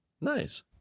Nice